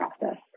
process